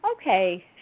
okay